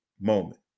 moment